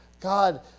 God